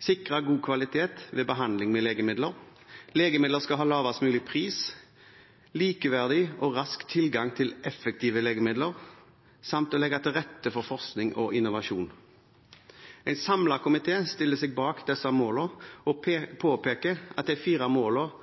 sikre god kvalitet ved behandling med legemidler legemidler skal ha lavest mulig pris likeverdig og rask tilgang til effektive legemidler legge til rette for forskning og innovasjon En samlet komité stiller seg bak disse målene og